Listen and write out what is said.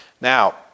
Now